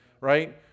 right